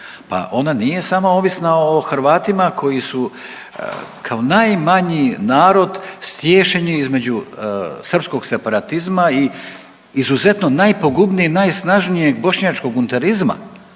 pa ona nije samo ovisna o Hrvatima koji su kao najmanji narod stiješnjeni između srpskog separatizma i izuzetno najpogubniji i najsnažnijeg bošnjačko unitarizma.